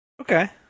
Okay